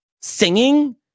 singing